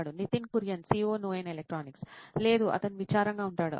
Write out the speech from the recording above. Nitin Kurian COO నోయిన్ electronics లేదు అతను విచారంగా ఉంటాడు అవును